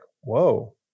whoa